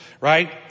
right